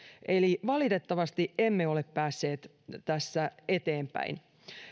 eli valitettavasti emme ole päässeet tässä eteenpäin